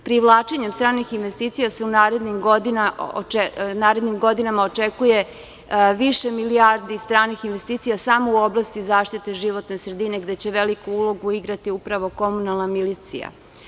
Privlačenjem stranih investicija se u narednim godinama očekuje više milijardi stranih investicija samo u oblasti zaštite životne sredine gde će veliku ulogu igrati upravo komunalna milicija.